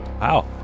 Wow